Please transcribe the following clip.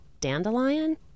dandelion